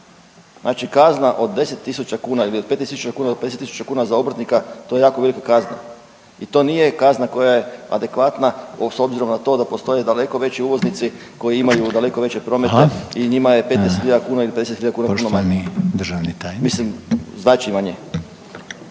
Znači, kazna od 10.000 kuna ili 15.000 kuna do 50.000 kuna za obrtnika to je jako velika kazna i to nije kazna koja je adekvatna s obzirom na to da postoje daleko veći uvoznici koji imaju daleko veće promete i njima je 15 hiljada kuna ili 50 hiljada kuna vrlo malo. **Reiner, Željko